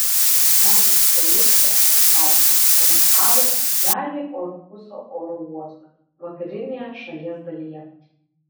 danijos policija antradienį evakavo dalį orhuso oro uosto vakarinėje šalies dalyje